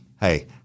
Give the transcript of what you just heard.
Hey